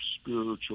spiritual